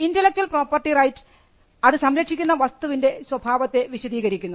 intellectual property right അത് സംരക്ഷിക്കുന്ന വസ്തുവിൻറെ സ്വഭാവത്തെ വിശദികരിക്കുന്നു